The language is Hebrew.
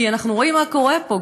כי אנחנו רואים מה קורה פה,